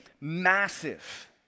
massive